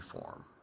form